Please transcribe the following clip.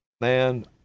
man